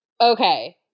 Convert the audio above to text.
Okay